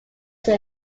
sea